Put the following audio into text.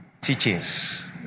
teachings